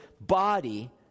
body